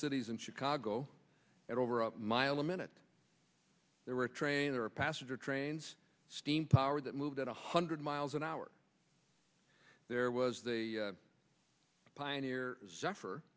cities and chicago at over a mile a minute there were a train or a passenger trains steam powered that moved at one hundred miles an hour there was the pioneer zephyr